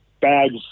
bags